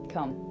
Come